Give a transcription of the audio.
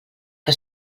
que